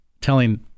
telling